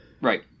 Right